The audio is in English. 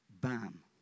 Bam